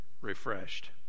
refreshed